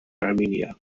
armenia